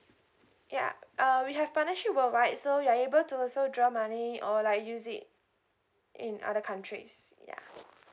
ya uh we have partnership worldwide so you're able to also withdraw money or like use it in other countries ya